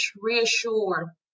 reassure